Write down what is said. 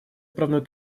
отправной